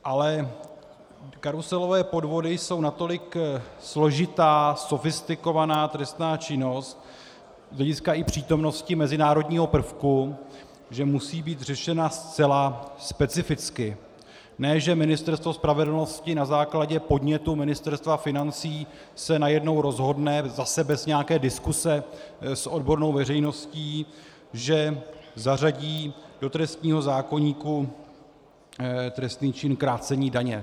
Ale karuselové podvody jsou natolik složitá, sofistikovaná trestná činnost z hlediska i přítomnosti mezinárodního prvku, že musí být řešena zcela specificky, ne že Ministerstvo spravedlnosti na základě podnětu Ministerstva financí se najednou rozhodne, zase bez nějaké diskuse s odbornou veřejností, že zařadí do trestního zákoníku trestný čin krácení daně.